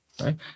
right